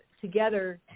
together